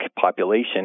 population